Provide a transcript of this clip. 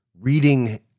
reading